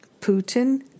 Putin